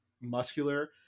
muscular